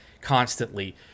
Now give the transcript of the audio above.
constantly